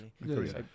Agreed